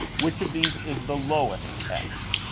which of these is the lowest x?